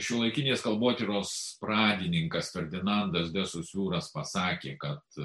šiuolaikinės kalbotyros pradininkas ferdinandas de sosiūras pasakė kad